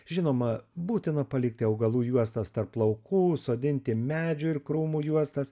žinoma būtina palikti augalų juostas tarp laukų sodinti medžių ir krūmų juostas